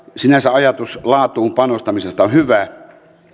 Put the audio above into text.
sinänsä ajatus laatuun panostamisesta on hyvä